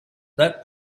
that